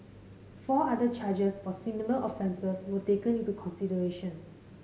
four other charges for similar offences were taken into consideration